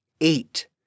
Eight